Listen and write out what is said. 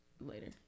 later